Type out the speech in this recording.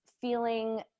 feeling